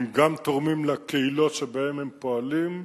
הם גם תורמים לקהילות שבהן הם פועלים,